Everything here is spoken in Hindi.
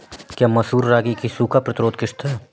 क्या मसूर रागी की सूखा प्रतिरोध किश्त है?